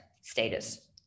status